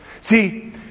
See